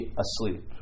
asleep